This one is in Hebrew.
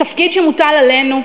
התפקיד שמוטל עלינו,